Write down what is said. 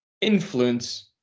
influence